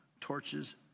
torches